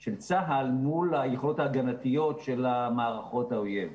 של צה"ל מול היכולות ההגנתיות של מערכות האויב.